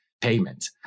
payment